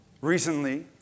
recently